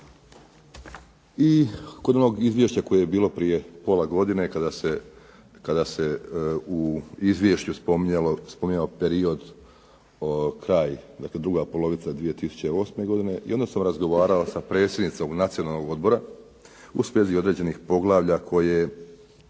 I kod onog izvješća koje je bilo prije pola godine kada se u izvješću spominjao period kraj druga polovica 2008. godine i onda sam razgovarao s predsjednicom Nacionalnog odbora u svezi određenih poglavlja koja